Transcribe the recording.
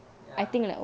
ya